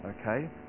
okay